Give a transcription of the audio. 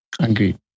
Agreed